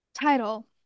title